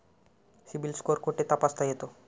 CIBIL score कुठे तपासता येतो?